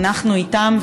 ואנחנו איתם,